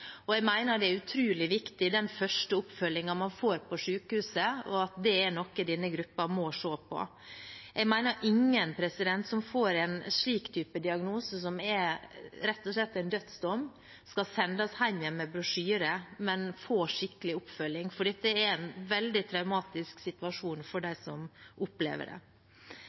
Jeg mener at den første oppfølgingen man får på sykehuset, er utrolig viktig, og at det er noe denne gruppen må se på. Jeg mener at ingen som får en slik type diagnose, som rett og slett er en dødsdom, skal sendes hjem igjen med brosjyre, men få skikkelig oppfølging, for dette er en veldig traumatisk situasjon for dem som opplever den. Jeg synes også det